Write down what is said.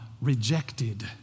rejected